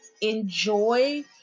enjoy